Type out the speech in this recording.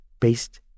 based